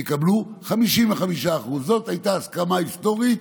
יקבלו 55%. זאת הייתה הסכמה היסטורית